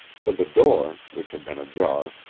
for the door, which had been ajar,